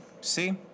See